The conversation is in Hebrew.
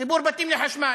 חיבור בתים לחשמל.